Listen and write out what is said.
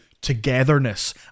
togetherness